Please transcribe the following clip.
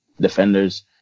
defenders